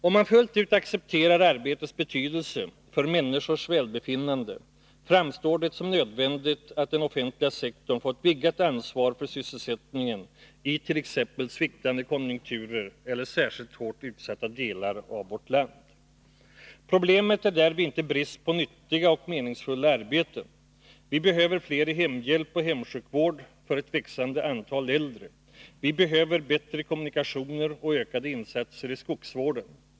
Om man fullt ut accepterar arbetets betydelse för människors välbefinnande, framstår det som nödvändigt att den offentliga sektorn får ett vidgat ansvar för sysselsättningen i t.ex. sviktande konjunkturer eller särskilt hårt utsatta delar av vårt land. Problemet är därvid inte brist på nyttiga och meningsfulla arbeten. Vi behöver fler i hemhjälp och hemsjukvård för ett växande antal äldre. Vi behöver bättre kommunikationer och ökade insatser i skogsvården.